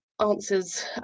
answers